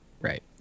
Right